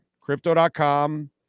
Crypto.com